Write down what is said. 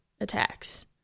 attacks